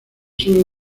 suelo